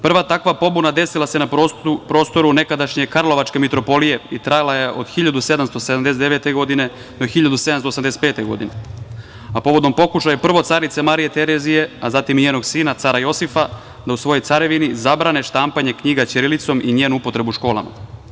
Prva takva pobuna desila se na prostoru nekadašnje Karlovačke mitropolije i trajala je od 1779. godine do 1785. godine, a povodom pokušaja prvo carice Marije Terezije, a zatim i njenog sina, cara Josifa, da u svojoj carevini zabrane štampanje knjiga ćirilicom i njenu upotrebu u školama.